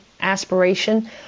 aspiration